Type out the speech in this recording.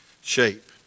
shape